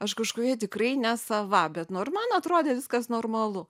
aš kažkokia tikrai ne sava bet nu ir man atrodė viskas normalu